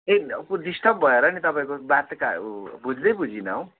ए disturb भएर नि तपाईँको बातै का बुझ्दै बुझिन हौ